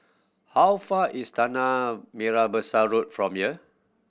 how far is Tanah Merah Besar Road from here